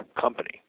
company